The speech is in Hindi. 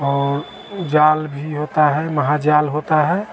और जाल भी होता है महाजाल होता है